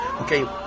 Okay